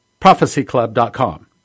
prophecyclub.com